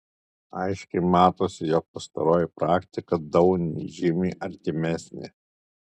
aiškiai matosi jog pastaroji praktika dauniui žymiai artimesnė